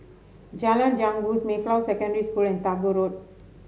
Jalan Janggus Mayflower Secondary School and Tagore Road